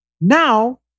Now